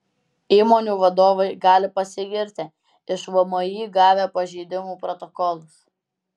įmonių vadovai gali pasigirti iš vmi gavę pažeidimų protokolus